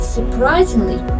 Surprisingly